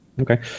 Okay